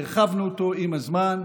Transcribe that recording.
והרחבנו אותו עם הזמן.